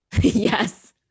Yes